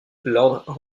lord